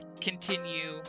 continue